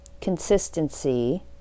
consistency